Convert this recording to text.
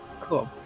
cool